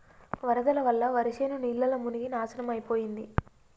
వరదల వల్ల వరిశేను నీళ్లల్ల మునిగి నాశనమైపోయింది